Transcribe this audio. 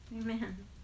Amen